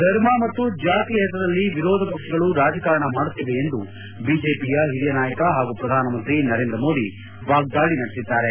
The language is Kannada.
ಧರ್ಮ ಮತ್ತು ಜಾತಿಯ ಹೆಸರಲ್ಲಿ ವಿರೋಧ ಪಕ್ಷಗಳು ರಾಜಕಾರಣ ಮಾಡುತ್ತಿವೆ ಎಂದು ಬಿಜೆಪಿಯ ಹಿರಿಯ ನಾಯಕ ಹಾಗೂ ಪ್ರಧಾನಮಂತ್ರಿ ನರೇಂದ್ರ ಮೋದಿ ವಾಗ್ಲಾಳಿ ನಡೆಸಿದ್ದಾರೆ